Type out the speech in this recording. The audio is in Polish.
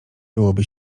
byłoby